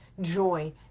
joy